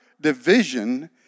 division